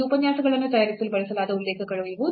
ಈ ಉಪನ್ಯಾಸಗಳನ್ನು ತಯಾರಿಸಲು ಬಳಸಲಾದ ಉಲ್ಲೇಖಗಳು ಇವು